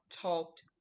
talked